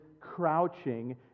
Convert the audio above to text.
crouching